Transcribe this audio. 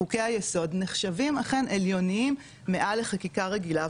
חוקי היסוד נחשבים אכן עליונים מעל לחקיקה רגילה,